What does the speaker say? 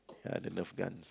ya the Nerf guns